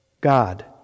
God